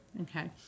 Okay